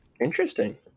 interesting